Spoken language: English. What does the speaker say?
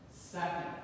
Second